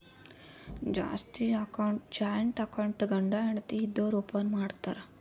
ಜಾಸ್ತಿ joint account ಗಂಡ ಹೆಂಡತಿ ಇದ್ದೋರು ಓಪನ್ ಮಾಡ್ತಾರ್